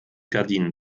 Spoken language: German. gardinen